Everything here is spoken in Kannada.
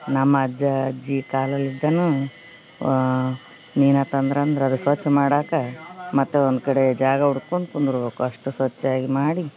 ನಮ್ಮಜ್ಜ ಅಜ್ಜಿ ಕಾಲಲಿದ್ದನೂ ಮೀನು ತಂದ್ರಂದ್ರ ಅದು ಸ್ವಚ್ಛ ಮಾಡಾಕಾ ಮತ್ತು ಒಂದು ಕಡೆ ಜಾಗ ಉಡ್ಕೊಂಡು ಕುಂದ್ರ ಬೇಕು ಅಷ್ಟು ಸ್ವಚ್ಛ್ವಾಗಿ ಮಾಡಿ